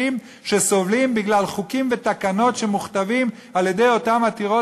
שסובלים בגלל חוקים ותקנות שמוכתבים על-ידי אותן עתירות